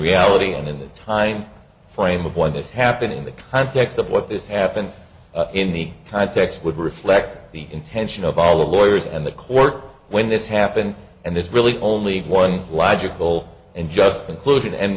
reality and in that time frame of when this happened in the context of what this happened in the context would reflect the intention of all the lawyers and the court when this happened and there's really only one logical and just conclusion and